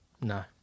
No